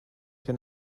can